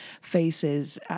faces